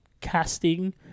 casting